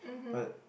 but